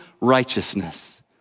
righteousness